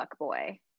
fuckboy